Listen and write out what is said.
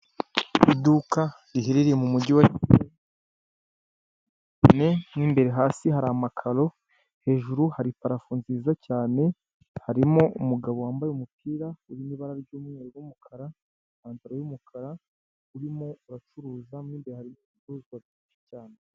Iduka riherereye mu mujyi wa Kigali, mo imbere hasi hari amakaro hejuru hari parafu nziza cyane harimo umugabo wambaye umupira urimo ibara ry'umweru n'umukara ipantaro y'umukara urimo aracuruza mo imbere hari icuruzwa byinshi cyane.